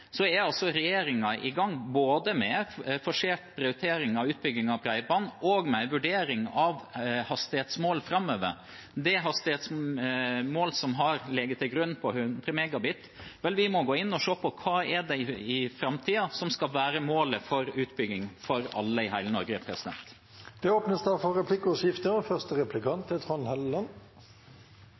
så er altså regjeringen i gang med både forsert prioritering av utbygging av bredbånd og en vurdering av hastighetsmål framover. Når det gjelder det hastighetsmålet som har ligget til grunn, på 100 Mbit, må vi gå inn og se på hva som skal være målet i framtiden for utbygging for alle i hele Norge. Det blir replikkordskifte. Takk til den nye ministeren med ansvar for digitalisering og bredbånd. Det er